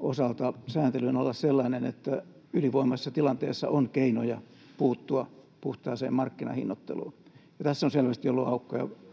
osalta sääntelyn olla sellainen, että ylivoimaisessa tilanteessa on keinoja puuttua puhtaaseen markkinahinnoitteluun. Tässä on selvästi ollut aukkoja